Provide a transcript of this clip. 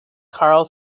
karl